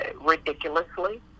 ridiculously